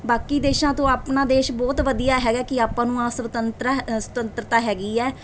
ਬਾਕੀ ਦੇਸ਼ਾਂ ਤੋਂ ਆਪਣਾ ਦੇਸ਼ ਬਹੁਤ ਵਧੀਆ ਹੈਗਾ ਕਿ ਆਪਾਂ ਨੂੰ ਆਹ ਅਸਵਤੰਤਰਾ ਸਵਤੰਤਰਤਾ ਹੈਗੀ ਹੈ